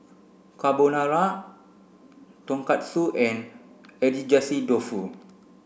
Carbonara Tonkatsu and Agedashi Dofu